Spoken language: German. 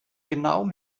genauerem